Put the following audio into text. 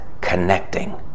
connecting